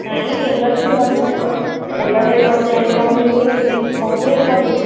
ନାଇଁ ତେଲ ରେଟ୍ ତେଲ ରେଟ୍ ବଢ଼ିଲାଣି କମେଇବି କେମିତି ସବୁ ରେଟ୍ ବଢ଼ିଲାଣି